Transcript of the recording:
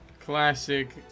classic